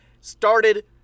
started